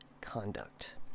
conduct